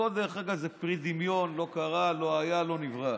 הכול זה פרי דמיון, לא קרה, לא היה, לא נברא.